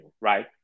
right